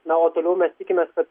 na o toliau mes tikimės kad